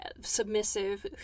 submissive